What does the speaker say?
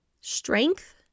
strength